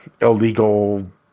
illegal